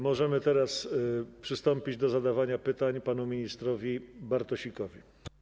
Możemy przystąpić do zadawania pytań panu ministrowi Bartosikowi.